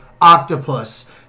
octopus